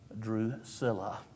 Drusilla